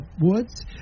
Woods